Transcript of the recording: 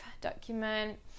document